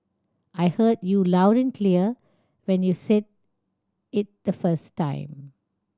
I heard you loud and clear when you said it the first time